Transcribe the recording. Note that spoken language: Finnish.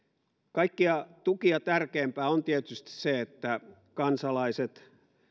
kaikkia tukia tärkeämpää on tietysti se että kansalaiset